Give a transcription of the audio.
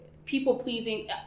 People-pleasing